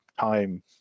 time